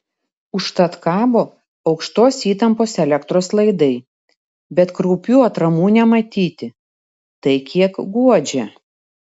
užtat kabo aukštos įtampos elektros laidai bet kraupių atramų nematyti tai kiek guodžia